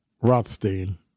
Rothstein